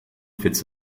fits